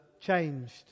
changed